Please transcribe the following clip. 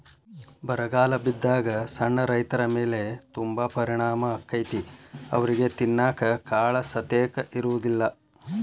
ಬರಗಾಲ ಬಿದ್ದಾಗ ಸಣ್ಣ ರೈತರಮೇಲೆ ತುಂಬಾ ಪರಿಣಾಮ ಅಕೈತಿ ಅವ್ರಿಗೆ ತಿನ್ನಾಕ ಕಾಳಸತೆಕ ಇರುದಿಲ್ಲಾ